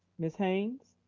ms. haynes.